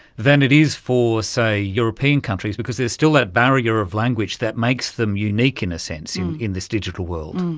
than it is for, say, european countries because there is still that barrier of language that makes them unique in a sense in this digital world.